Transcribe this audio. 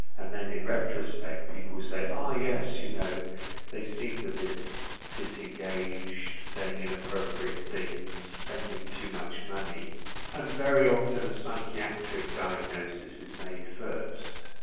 and then in retrospect people say ah yes, you know they seemed a bit disengaged, saying inappropriate things, spending too much money and very often a psychiatric diagnosis is made first.